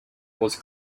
was